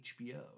HBO